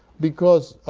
because